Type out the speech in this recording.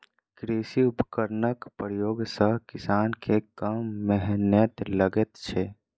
कृषि उपकरणक प्रयोग सॅ किसान के कम मेहनैत लगैत छै